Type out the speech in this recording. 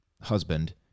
husband